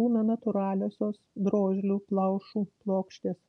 būna natūraliosios drožlių plaušų plokštės